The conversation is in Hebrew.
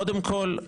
קודם כל,